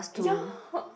ya